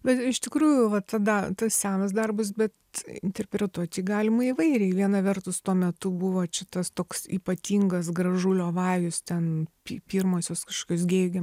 bet iš tikrųjų va tada tas senas darbas bet interpretuot jį galima įvairiai viena vertus tuo metu buvo čia tas toks ypatingas gražulio vajus ten pi pirmosios kaškokios gėjų